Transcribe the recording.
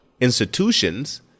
institutions